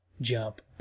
jump